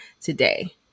today